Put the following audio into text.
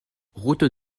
route